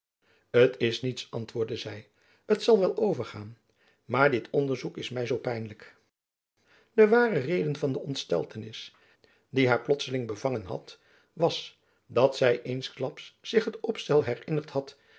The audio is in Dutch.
t is niets antwoordde zy t zal wel overgaan maar dit onderzoek is my zoo pijnlijk de ware reden van de ontsteltenis die haar plotselings bevangen had was dat zy eensklaps zich het opstel herinnerd had